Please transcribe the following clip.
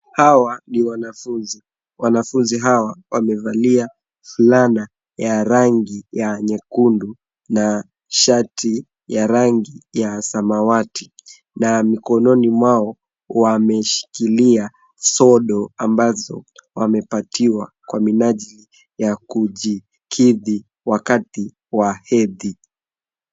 Hawa ni wanafunzi. Wanafunzi hawa wamevalia fulana ya rangi ya nyekundu na shati ya rangi ya samawati na mikononi mwao wameshikilia sodo ambazo wamepatiwa kwa minajili ya kujikidhi wakati wa hedhi.